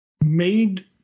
made